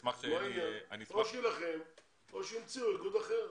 או שהוא יילחם או שימצאו איגוד אחר.